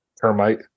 termite